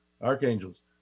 archangels